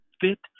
fit